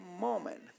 moment